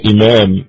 Imam